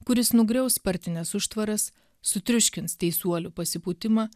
kuris nugriaus partines užtvaras sutriuškins teisuolių pasipūtimą